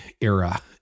era